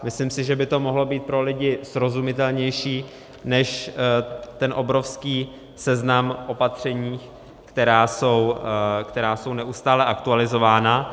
Myslím si, že by to mohlo být pro lidi srozumitelnější než ten obrovský seznam opatření, která jsou neustále aktualizována.